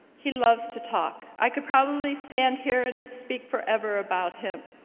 he loves to talk, i could probably stand here and speak forever about him.